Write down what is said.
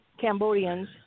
Cambodians